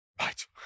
Right